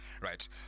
right